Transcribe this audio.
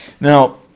Now